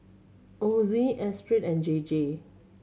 Ozi Esprit and J J